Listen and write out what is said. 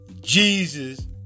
Jesus